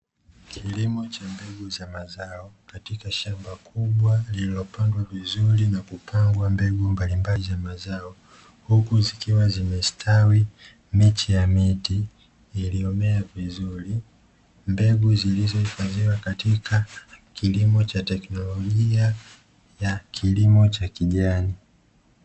Kilimo cha kuzalisha mbegu za mbegu katika shamba kubwa lililopandwa vizuri na kukawa na mbegu mbalimbali za mazao, huku zikiwa zimestawi miche ya miti iliyomea vizuri. Mbegu zilizohifadhiwa katika kilimo cha teknolojia ya kilimo cha kijani.